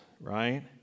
right